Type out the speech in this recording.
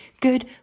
Good